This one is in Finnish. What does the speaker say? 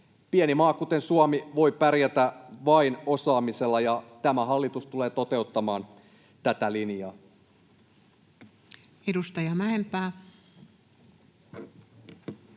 Pieni maa, kuten Suomi, voi pärjätä vain osaamisella, ja tämä hallitus tulee toteuttamaan tätä linjaa. [Speech